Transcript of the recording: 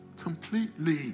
completely